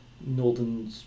northern